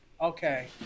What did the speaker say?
Okay